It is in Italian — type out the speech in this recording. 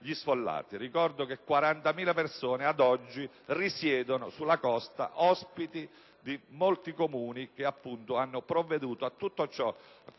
Ricordo che 40.000 persone ad oggi risiedono sulla costa come ospiti di molti Comuni che, appunto, hanno provveduto a tutto ciò